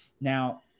Now